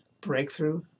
breakthrough